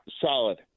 solid